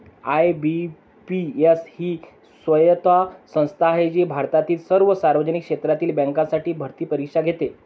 IBPS ही स्वायत्त संस्था आहे जी भारतातील सर्व सार्वजनिक क्षेत्रातील बँकांसाठी भरती परीक्षा घेते